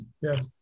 yes